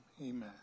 Amen